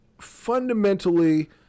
fundamentally